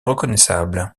reconnaissable